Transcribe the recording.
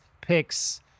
Picks